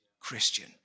christian